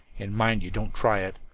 and mind you don't try it.